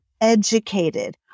educated